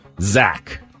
Zach